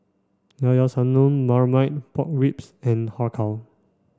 Llao Llao Sanum Marmite Pork Ribs and Har Kow